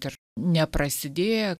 dar neprasidėjo